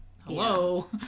Hello